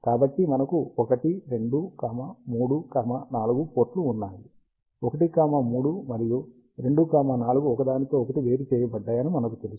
కాబట్టి మనకు 1 2 3 4 పోర్టులు ఉన్నాయి 1 3 మరియు 2 4 ఒకదానికొకటి వేరుచేయబద్దాయని మనకు తెలుసు